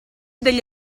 degli